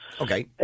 Okay